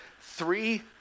three